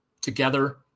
together